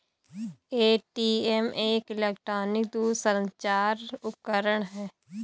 ATM एक electronic दूरसंचार उपकरण है